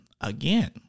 again